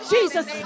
Jesus